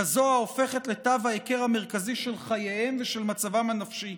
כזאת ההופכת לתו ההיכר המרכזי של חייהם ושל מצבם הנפשי.